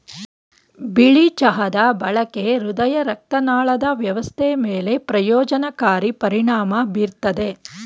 ಬಿಳಿ ಚಹಾದ ಬಳಕೆ ಹೃದಯರಕ್ತನಾಳದ ವ್ಯವಸ್ಥೆ ಮೇಲೆ ಪ್ರಯೋಜನಕಾರಿ ಪರಿಣಾಮ ಬೀರ್ತದೆ